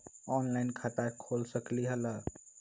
Online खाता खोल सकलीह?